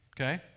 okay